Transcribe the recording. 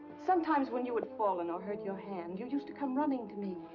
sometimes when you had fallen or hurt your hand, you used to come running to me,